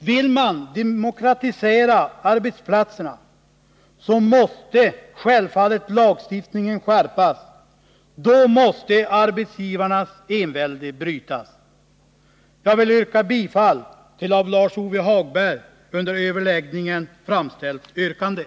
Vill man demokratisera arbetsplatserna, måste självfallet lagstiftningen skärpas, då måste arbetsgivarnas envälde brytas. Jag vill yrka bifall till det av Lars-Ove Hagberg under överläggningen framställda yrkandet.